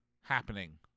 happening